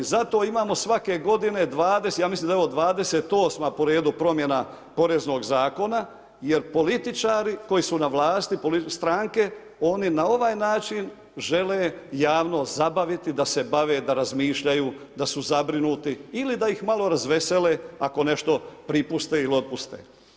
Zato imamo svake godine 20, ja mislim da je ovo 28. po redu promjena Poreznog zakona jer političari koji su na vlasti, stranke, oni na ovaj način žele javnost zabaviti da se bave, da razmišljaju, da su zabrinuti ili da ih malo razvesele ako nešto pripuste ili otpuste.